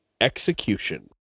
Execution